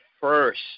first